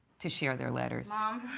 to share their letters. mom.